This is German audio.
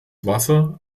wasser